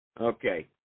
Okay